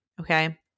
okay